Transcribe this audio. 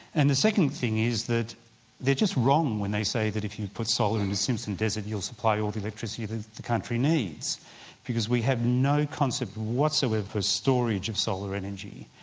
and the second thing is that they're just wrong when they say that if you put solar in the simpson desert you'll supply all the electricity that the country needs because we have no concept whatsoever for storage of solar energy.